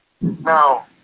now